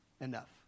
enough